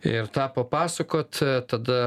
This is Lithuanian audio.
ir tą papasakot tada